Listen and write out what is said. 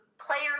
players